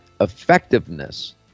effectiveness